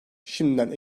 şimdiden